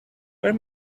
where